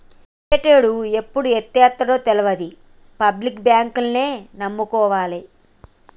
ప్రైవేటోడు ఎప్పుడు ఎత్తేత్తడో తెల్వది, పబ్లిక్ బాంకుల్నే నమ్ముకోవాల